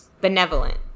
Benevolent